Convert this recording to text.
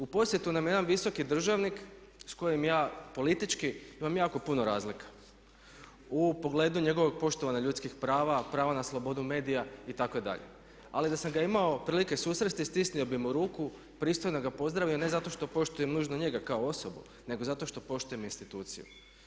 U posjetu nam je jedan visoki državnik s kojim ja politički imam jako puno razlika u pogledu njegovog poštovanja ljudskih prava, prava na slobodu medija itd. ali da sam ga imao prilike susresti, stisnuo bi mu ruku, pristojno ga pozdravio ne zato što poštujem nužno njega kao osobu nego zato što poštujem instituciju.